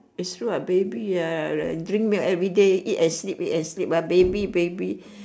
it's true what baby ah drink milk everyday eat and sleep eat and sleep ah baby baby